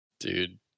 Dude